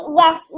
yes